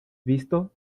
visto